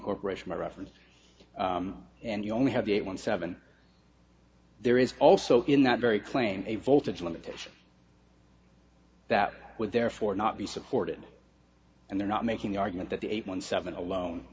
corporation reference and you only have eight one seven there is also in that very claim a voltage limitation that with therefore not be supported and they're not making the argument that the eight one seven alone